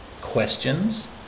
questions